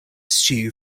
stew